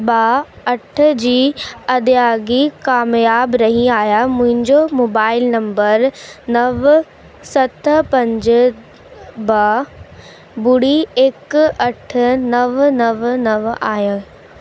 ॿ अठ जी अदायगी क़ामयाब रही आहियां मुंहिंजो मोबाइल नंबर नव सत पंज ॿ ॿुड़ी हिकु अठ नव नव नव आहे